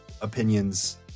opinions